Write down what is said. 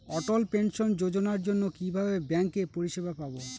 অটল pension যোজনার জন্য কিভাবে ব্যাঙ্কে পরিষেবা পাবো?